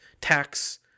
tax